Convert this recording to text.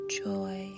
joy